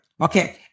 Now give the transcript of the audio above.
Okay